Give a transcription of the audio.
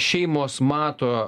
šeimos mato